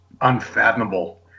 unfathomable